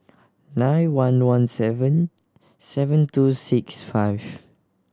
nine one one seven seven two six five